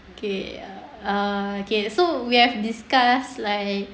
okay uh okay so we have this task like